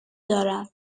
دارم